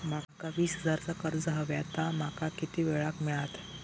माका वीस हजार चा कर्ज हव्या ता माका किती वेळा क मिळात?